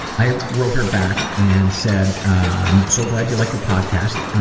i wrote her back and said i'm so glad you like the podcast.